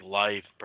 life